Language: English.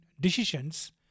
decisions